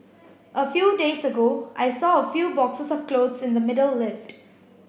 a few days ago I saw a few boxes of clothes in the middle lift